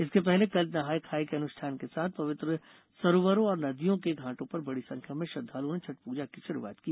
इसके पहले कल नहाये खाये के अनुष्ठान के साथ पवित्र सरोवरों और नदियों के घाटों पर बड़ी संख्या में श्रद्वालुओं ने छठ पूजा की शुरूआत की